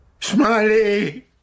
Smiley